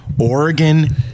Oregon